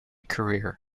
career